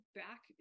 back